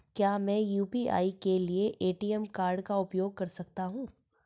क्या मैं यू.पी.आई के लिए ए.टी.एम कार्ड का उपयोग कर सकता हूँ?